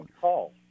call